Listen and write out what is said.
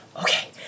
okay